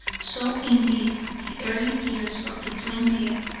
so in these, the early years of the twentieth,